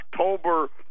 October